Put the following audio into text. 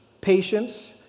patience